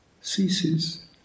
ceases